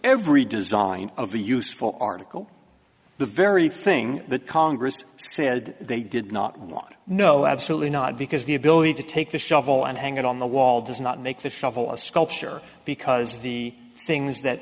every design of a useful article the very thing that congress said they did not want no absolutely not because the ability to take the shovel and hang it on the wall does not make the shovel a sculpture because the things that